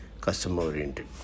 customer-oriented